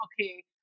okay